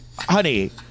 Honey